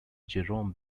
jerome